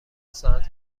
ساعت